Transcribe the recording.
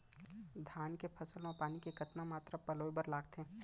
धान के फसल म पानी के कतना मात्रा पलोय बर लागथे?